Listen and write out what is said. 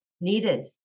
needed